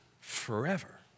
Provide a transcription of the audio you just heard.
Forever